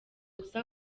gusa